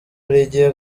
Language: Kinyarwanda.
rigiye